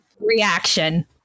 reaction